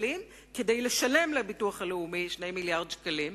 שקלים כדי לשלם לביטוח הלאומי 2 מיליארדי שקלים,